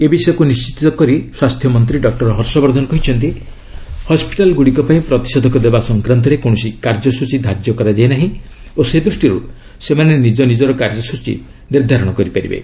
ଏ ବିଷୟକୁ ନିର୍ଣ୍ଣିତ କରି ସ୍ୱାସ୍ଥ୍ୟ ମନ୍ତ୍ରୀ ଡକ୍କର ହର୍ଷବର୍ଦ୍ଧନ କରିଚ୍ଚନ୍ତି ହସ୍କିଟାଲ୍ ଗୁଡ଼ିକ ପାଇଁ ପ୍ରତିଷେଧକ ଦେବା ସଂକ୍ରାନ୍ତରେ କୌଣସି କାର୍ଯ୍ୟସ୍ତଚୀ ଧାର୍ଯ୍ୟ କରାଯାଇ ନାହିଁ ଓ ସେ ଦୃଷ୍ଟିରୁ ସେମାନେ ନିଜର କାର୍ଯ୍ୟସ୍କଚୀ ନିର୍ଦ୍ଧାରଣ କରିପାରିବେ